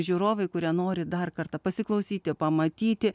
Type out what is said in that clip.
žiūrovai kurie nori dar kartą pasiklausyti pamatyti